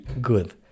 good